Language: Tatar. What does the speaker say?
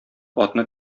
атны